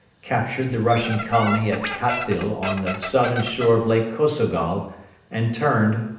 captured the russian colony at khathyl on the southern shore of lake kosogol and turned,